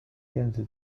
电子